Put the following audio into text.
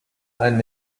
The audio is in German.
einen